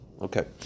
Okay